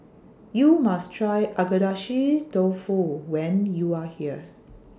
YOU must Try Agedashi Dofu when YOU Are here